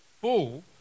full